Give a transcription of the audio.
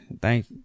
thank